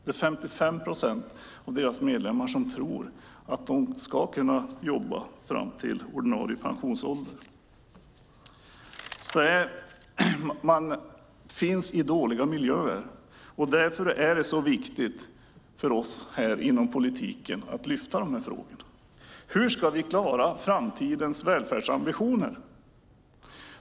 Det är 55 procent av deras medlemmar som tror att de ska kunna jobba fram till ordinarie pensionsålder. Många arbetar i dåliga miljöer. Därför är det så viktigt för oss här inom politiken att lyfta fram de här frågorna. Hur ska vi klara framtidens välfärdsambitioner?